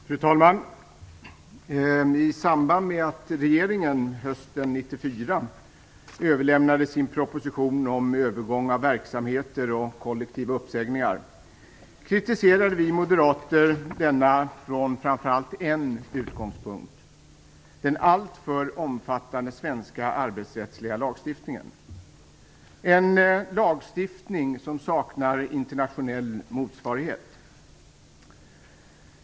Fru talman! I samband med att regeringen hösten 1994 överlämnade sin proposition om övergång av verksamheter och kollektiva uppsägningar kritiserade vi moderater denna från framför allt en utgångspunkt: den alltför omfattande svenska arbetsrättsliga lagstiftningen - en lagstiftning som saknar internationell motsvarighet.